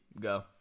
go